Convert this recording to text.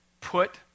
put